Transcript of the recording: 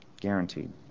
Guaranteed